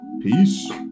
Peace